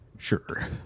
Sure